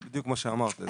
זה בדיוק מה שאמרת,